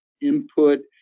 input